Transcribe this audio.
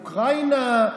אוקראינה,